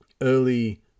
early